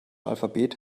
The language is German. alphabet